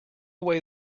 away